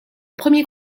premier